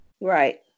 right